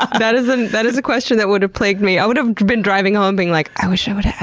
that is and that is a question that would have plagued me. i would have been driving home being like, i wish i would